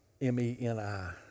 M-E-N-I